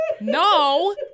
No